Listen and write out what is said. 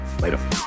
Later